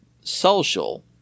social